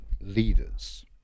leaders